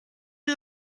die